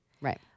Right